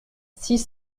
six